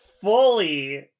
fully